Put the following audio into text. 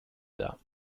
dar